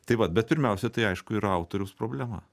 taip vat bet pirmiausia tai aišku yra autoriaus problema